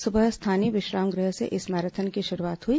सुबह स्थानीय विश्राम गृह से इस मैराथन की शुरूआत हुई